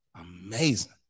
Amazing